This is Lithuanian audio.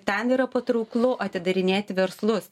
ten yra patrauklu atidarinėti verslus